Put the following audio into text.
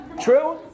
true